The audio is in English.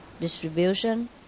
distribution